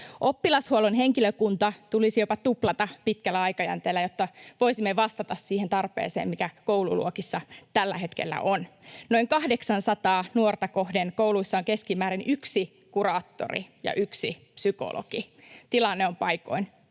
Oppilashuollon henkilökunta tulisi jopa tuplata pitkällä aikajänteellä, jotta voisimme vastata siihen tarpeeseen, mikä koululuokissa tällä hetkellä on. Noin 800:aa nuorta kohden kouluissa on keskimäärin yksi kuraattori ja yksi psykologi. Tilanne on paikoin